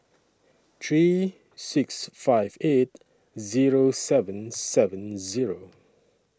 three six five eight Zero seven seven Zero